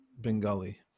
Bengali